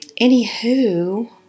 anywho